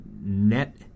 net